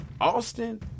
Austin